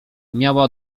miała